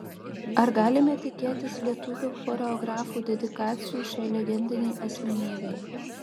ar galime tikėtis lietuvių choreografų dedikacijų šiai legendinei asmenybei